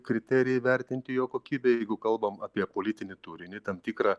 kriterijai įvertinti jo kokybei jeigu kalbam apie politinį turinį tam tikrą